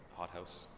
hothouse